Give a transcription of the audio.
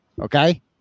Okay